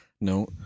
No